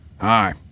hi